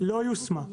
לא יושמה.